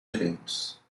direitos